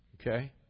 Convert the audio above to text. Okay